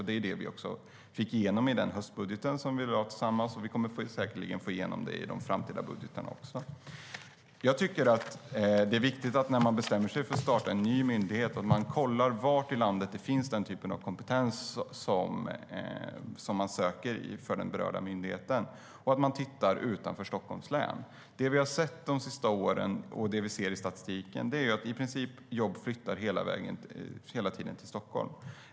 Det är också detta vi fick igenom i den höstbudget som vi lade fram tillsammans, och vi kommer säkerligen att få igenom det i de framtida budgetarna också. Jag tycker att det är viktigt när man bestämmer sig för att starta en ny myndighet att man kollar var i landet den typ av kompetens finns som man söker för den berörda myndigheten och att man tittar utanför Stockholms län. Det vi har sett de senaste åren, och det vi ser i statistiken, är att jobb i princip hela tiden flyttar till Stockholm.